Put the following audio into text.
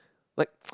like